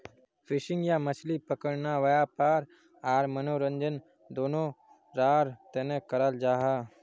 fishing या मछली पकड़ना वयापार आर मनोरंजन दनोहरार तने कराल जाहा